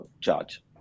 charge